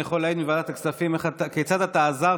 אני יכול להעיד מוועדת הכספים כיצד אתה עזרת